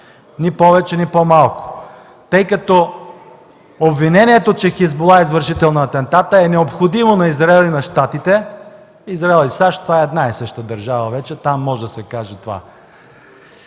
ни повече, ни по-малко, тъй като обвинението, че „Хизбула” е извършител на атентата, е необходимо на Израел и на Щатите. Израел и САЩ, това е една и съща държава вече, там може да се каже това.